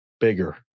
Bigger